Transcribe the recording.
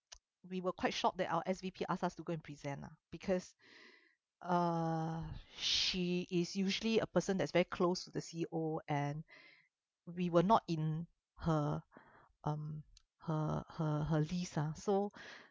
we were quite shocked that our S_V_P ask us to go and present lah because uh she is usually a person that's very close to the C_E_O and we were not in her um her her her list ah so